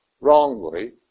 wrongly